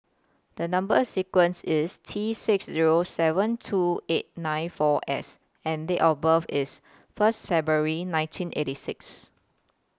The Number sequence IS T six Zero seven two eight nine four S and Date of birth IS First February nineteen eighty six